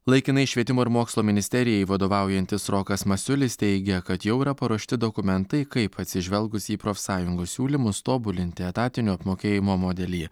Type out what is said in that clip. laikinai švietimo ir mokslo ministerijai vadovaujantis rokas masiulis teigia kad jau yra paruošti dokumentai kaip atsižvelgus į profsąjungų siūlymus tobulinti etatinio apmokėjimo modelį